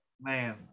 Man